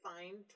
find